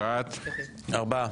ארבעה.